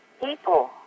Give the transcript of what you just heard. people